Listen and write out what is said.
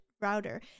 router